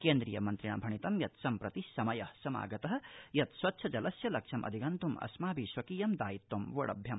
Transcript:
केन्द्रीय मन्त्रिणा भणितं यत् सम्प्रति समय समागत यत् स्वच्छ जलस्य लक्ष्यमधिगन्तम् अस्माभि स्वकीयं दायित्वं वोढव्यम्